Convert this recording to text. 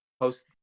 post